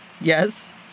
Yes